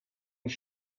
his